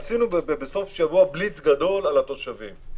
בסוף השבוע עשינו בליץ גדול על התושבים,